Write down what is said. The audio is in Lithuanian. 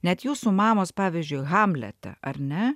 net jūsų mamos pavyzdžiui hamlete ar ne